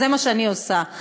זה מה שאני עושה.